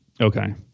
okay